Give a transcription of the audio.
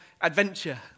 adventure